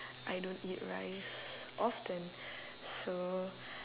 I don't eat rice often so